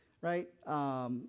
right